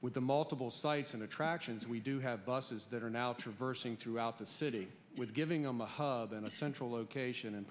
with the multiple sites and attractions we do have buses that are now traversing throughout the city with giving them a hub and a central location and